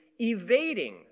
evading